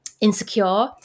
insecure